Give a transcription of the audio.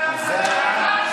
שחט משפחה.